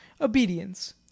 obedience